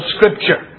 Scripture